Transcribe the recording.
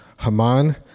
Haman